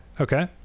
Okay